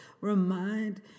remind